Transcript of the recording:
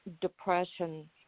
depression